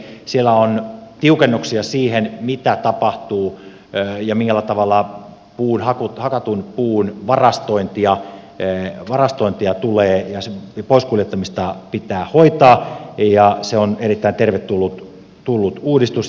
siellä on tiukennuksia siihen mitä tapahtuu ja millä tavalla hakatun puun varastointia ja sen pois kuljettamista pitää hoitaa ja se on erittäin tervetullut uudistus